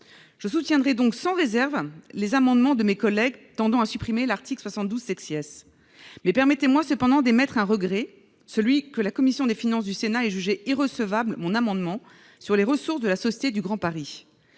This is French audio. Je soutiendrai donc sans réserve les amendements tendant à supprimer l'article 72 . Mais permettez-moi cependant d'émettre un regret, celui que la commission des finances du Sénat ait jugé irrecevable mon amendement relatif aux ressources de la SGP. Je n'ignore pas